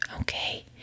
Okay